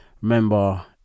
remember